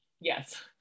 Yes